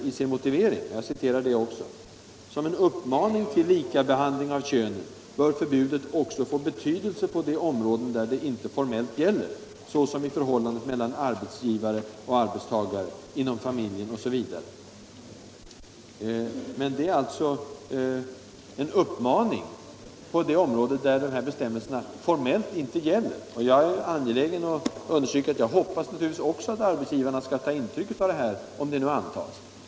I sin motivering säger utredningen följande: ”Som en uppmaning till likabehandling av könen bör förbudet också få betydelse på de områden där det inte formellt gäller, såsom i förhållandet mellan arbetsgivare och arbetstagare, inom familjen osv.” Detta är alltså en uppmaning beträffande de områden där dessa bestämmelser formellt inte gäller. Jag hoppas naturligtvis också att arbetsgivarna skall ta intryck av detta, om lagen nu antas.